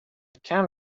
can